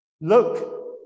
Look